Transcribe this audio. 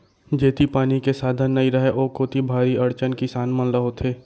जेती पानी के साधन नइ रहय ओ कोती भारी अड़चन किसान मन ल होथे